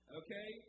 okay